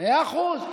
מאה אחוז.